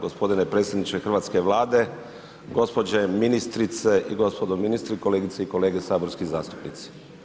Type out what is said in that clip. Gospodine predsjedniče hrvatske Vlade, gospođo ministrice i gospodo ministri, kolegice i kolege saborski zastupnici.